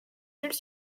jules